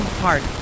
heart